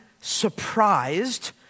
surprised